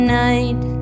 night